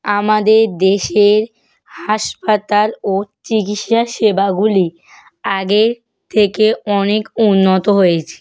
আমাদের দেশে হাসপাতাল ও চিকিৎসা সেবাগুলি আগের থেকে অনেক উন্নত হয়েছে